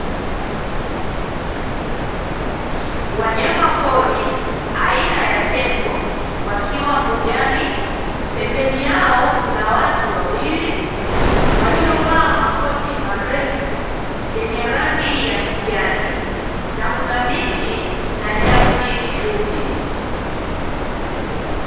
Wanyama pori aina ya tembo wakiwa mbugani, pembeni yao kuna watu wawili waliovaa makoti marefu yenye rangi ya kijani, na kuna miti na nyasi fupi.